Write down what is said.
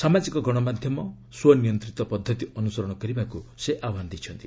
ସାମାଜିକ ଗଣମାଧ୍ୟମ ସ୍ୱନିୟନ୍ତିତ ପଦ୍ଧତି ଅନୁସରଣ କରିବାକୁ ସେ ଆହ୍ୱାନ ଦେଇଛନ୍ତି